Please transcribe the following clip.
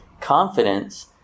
Confidence